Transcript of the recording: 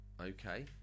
Okay